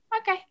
okay